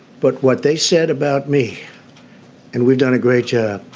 but what they said about me and we've done a great job.